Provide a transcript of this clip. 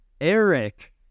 eric